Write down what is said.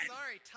sorry